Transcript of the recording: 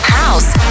house